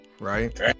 right